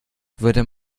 würde